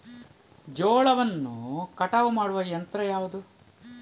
ಜೋಳವನ್ನು ಕಟಾವು ಮಾಡುವ ಯಂತ್ರ ಯಾವುದು?